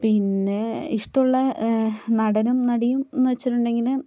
പിന്നെ ഇഷ്ടമുള്ള നടനും നടിയും എന്ന് വെച്ചിട്ടുണ്ടെങ്കിൽ